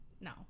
No